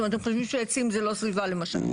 הם חושבים שעצים זה לא סביבה למשל.